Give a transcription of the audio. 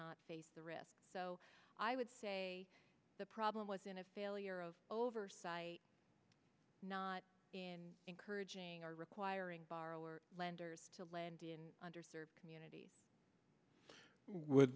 not face the risk so i would say the problem was in a failure of oversight not in encouraging or requiring borrowers lenders to lend in under served communities